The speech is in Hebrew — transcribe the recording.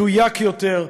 מדויק יותר,